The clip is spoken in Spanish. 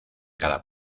cada